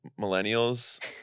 millennials